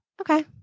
Okay